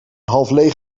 halfleeg